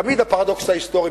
תמיד הפרדוקס ההיסטורי,